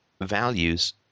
values